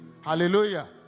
hallelujah